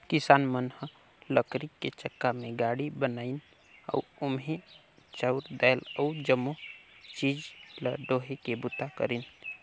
किसान मन ह लकरी के चक्का ले गाड़ी बनाइन अउ ओम्हे चाँउर दायल अउ जमो चीज ल डोहे के बूता करिन